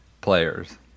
players